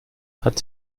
hat